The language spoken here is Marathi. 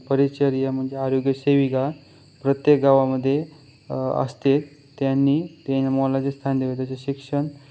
परिचर्या म्हणजे आरोग्यसेविका प्रत्येक गावामध्ये असते त्यांनी त्यांना मोलाचे स्थान शिक्षण